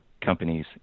companies